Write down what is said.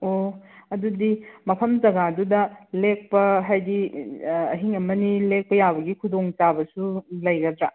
ꯑꯣ ꯑꯗꯨꯗꯤ ꯃꯐꯝ ꯖꯥꯒꯥꯗꯨꯗ ꯂꯦꯛꯄ ꯍꯥꯏꯕꯗꯤ ꯑꯍꯤꯡ ꯑꯃ ꯑꯅꯤ ꯂꯦꯛꯄ ꯌꯥꯕꯒꯤ ꯈꯨꯗꯣꯡ ꯆꯥꯕꯁꯨ ꯂꯩꯒꯗ꯭ꯔꯥ